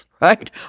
Right